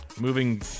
Moving